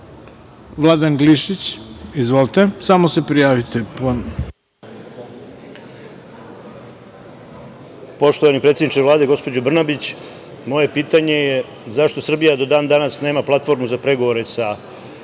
Vladan Glišić. Izvolite. **Vladan Glišić** Poštovani predsedniče Vlade gospođo Brnabić, moje pitanje je – zašto Srbija do dan danas nema platformu za pregovore sa